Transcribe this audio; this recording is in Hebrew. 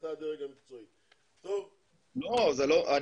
לא צריכים ישיבת ועדה.